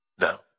No